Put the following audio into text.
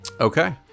Okay